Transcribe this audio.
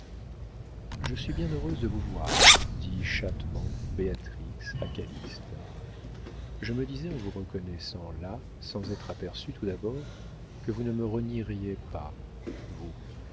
je suis bien heureuse de vous voir dit chattement béatrix à calyste je me disais en vous reconnaissant là sans être aperçue tout d'abord que vous ne me renieriez pas vous